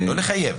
לא לחייב.